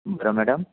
बोला मॅडम